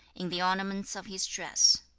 in the ornaments of his dress.